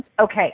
Okay